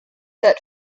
that